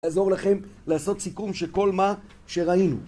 אני אעזור לכם לעשות סיכום של כל מה שראינו.